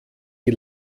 die